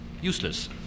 useless